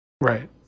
Right